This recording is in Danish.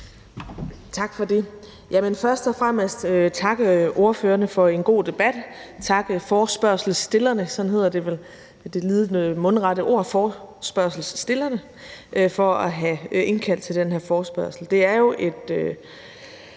Tak for det. Først og fremmest vil jeg takke ordførerne for en god debat, takke forespørgselsstillerne, sådan hedder det vel, det lidet mundrette ord forespørgselsstillerne, for at have indkaldt til den her forespørgsel. Det er jo et